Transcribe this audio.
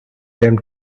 them